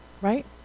right